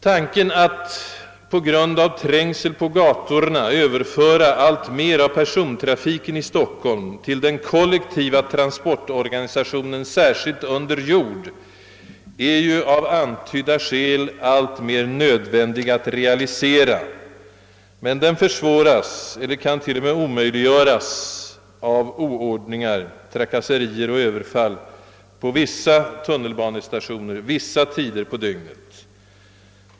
Tanken att på grund av den ökade trängseln på gatorna överföra alltmer av persontrafiken i Stockholm till den kollektiva transportorganisationen, särskilt under jord, blir av antydda skäl allt nödvändigare att realisera. Men den försvåras och kan t.o.m. omöjliggöras av oordning, trakasserier och överfall vid en del tunnelbanestationer under vissa tider av dygnet.